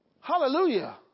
Hallelujah